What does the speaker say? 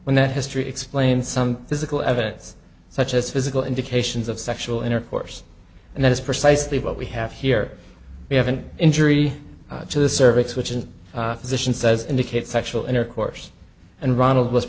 when that history explain some physical evidence such as physical indications of sexual intercourse and that is precisely what we have here we have an injury to the cervix which is physician says indicate sexual intercourse and ronald was